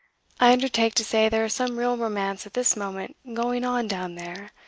i undertake to say there is some real romance at this moment going on down there,